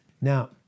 Now